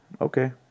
Okay